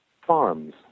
farms